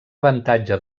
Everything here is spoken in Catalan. avantatge